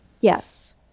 yes